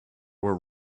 were